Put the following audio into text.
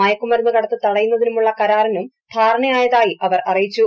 മയക്കുമരുന്ന് കടത്ത് തടയുന്നതിനുമുള്ള കരാറിനും ധാരണയായതായി അവർ അറിയിച്ചു